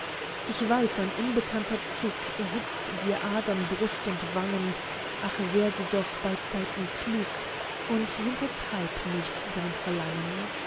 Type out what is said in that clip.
ich weiß ein unbekannter zug erhitzt dir adern brust und wangen ach werde doch beizeiten klug und hintertreib nicht dein verlangen